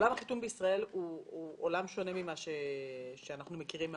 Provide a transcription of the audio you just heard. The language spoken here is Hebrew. עולם החיתום בישראל הוא עולם שונה ממה שאנחנו מכירים מהעולם,